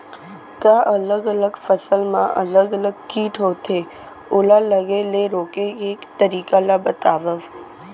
का अलग अलग फसल मा अलग अलग किट होथे, ओला लगे ले रोके के तरीका ला बतावव?